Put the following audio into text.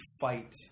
fight